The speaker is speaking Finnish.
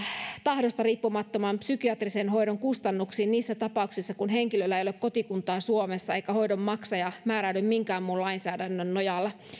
tahdosta riippumattoman psykiatrisen hoidon kustannuksiin niissä tapauksissa kun henkilöllä ei ole kotikuntaa suomessa eikä hoidon maksaja määräydy minkään muun lainsäädännön nojalla